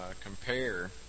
compare